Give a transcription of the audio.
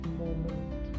moment